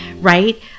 right